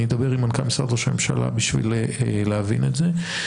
אני אדבר עם מנכ"ל משרד ראש הממשלה בשביל להבין את זה.